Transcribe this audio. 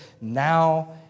Now